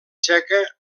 txeca